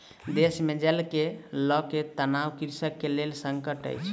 देश मे जल के लअ के तनाव कृषक के लेल संकट अछि